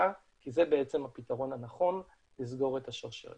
כי זה בעצם הפתרון הנכון לסגור את השרשרת.